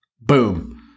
Boom